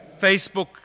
Facebook